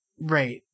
right